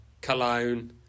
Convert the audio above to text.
cologne